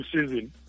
season